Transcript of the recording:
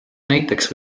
näiteks